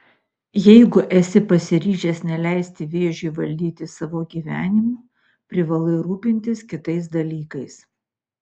jeigu esi pasiryžęs neleisti vėžiui valdyti savo gyvenimo privalai rūpintis kitais dalykais